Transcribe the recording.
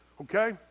Okay